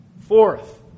Fourth